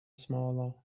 smaller